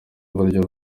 uburyo